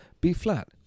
B-flat